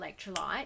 electrolyte